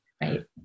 Right